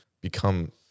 become